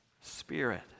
spirit